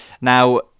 Now